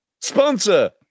sponsor